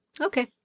Okay